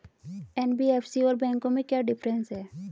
NBFC और बैंकों में क्या डिफरेंस है?